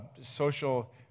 social